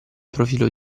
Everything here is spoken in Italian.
profilo